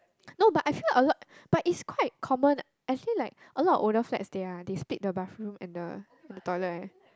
no but I feel a lot but is quite common I feel like a lot of older flats they are they split the bathroom and the and the toilet eh